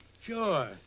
Sure